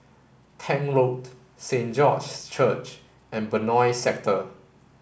Tank Road Saint George's Church and Benoi Sector